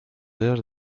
dedos